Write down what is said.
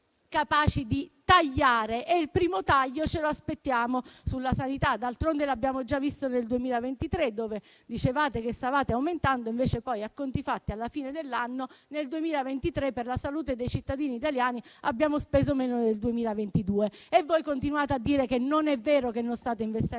capaci di tagliare e il primo taglio ce lo aspettiamo sulla sanità. D'altronde l'abbiamo già visto nel 2023, quando dicevate che stavate aumentando. Invece, a conti fatti, alla fine dell'anno nel 2023 per la salute dei cittadini italiani abbiamo speso meno nel 2022. Voi continuate a dire che non è vero che non state investendo